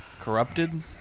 corrupted